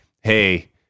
Hey